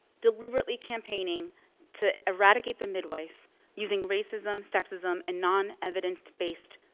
deliberately campaigning to eradicate the midwife using racism, sexism and non-evidenced-based,